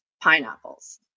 pineapples